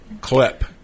clip